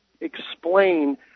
explain